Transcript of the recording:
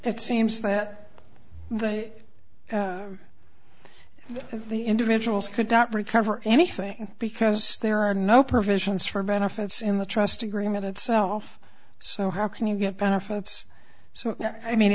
it seems that the individuals could not recover anything because there are no provisions for benefits in the trust agreement itself so how can you get benefits so i mean